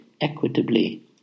equitably